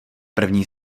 první